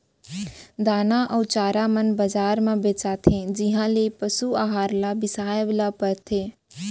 दाना अउ चारा मन बजार म बेचाथें जिहॉं ले पसु अहार ल बिसाए ल परथे